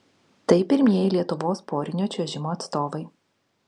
tai pirmieji lietuvos porinio čiuožimo atstovai